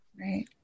Right